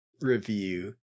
review